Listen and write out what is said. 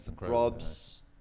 Rob's